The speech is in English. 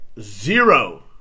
zero